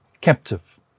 captive